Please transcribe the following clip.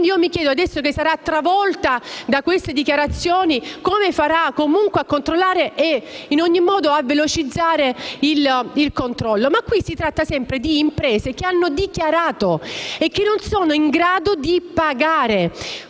Quindi mi chiedo, adesso che sarà travolta da queste dichiarazioni come farà a controllare e a velocizzare il controllo stesso. Ma qui si tratta sempre di imprese che hanno dichiarato e che non sono in grado di pagare.